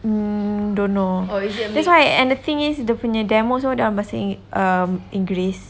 mm don't know that's why and the thing is dia punya demo semua dalam bahasa ing~ um inggeris